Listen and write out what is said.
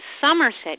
Somerset